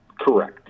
Correct